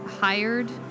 hired